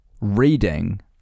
reading